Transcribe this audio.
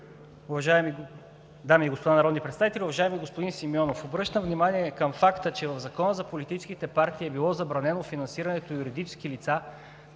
дами и господа народни представители! Уважаеми господин Симеонов, обръщам внимание към факта, че в Закона за политическите партии е било забранено финансирането на юридически лица,